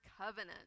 covenant